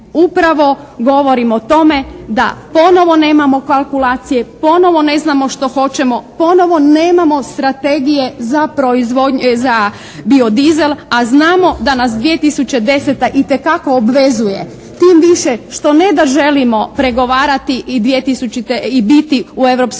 upravo govorim o tome da ponovo nemamo kalkulacije, ponovo ne znamo što hoćemo, ponovo nemamo strategije za proizvodnju, za biodizel, a znamo da nas 2010. itekako obvezuje. Tim više što ne da želimo pregovarati i 2000., i